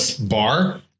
bar